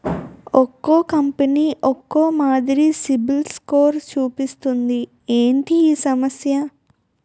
ఒక్కో కంపెనీ ఒక్కో మాదిరి సిబిల్ స్కోర్ చూపిస్తుంది ఏంటి ఈ సమస్య?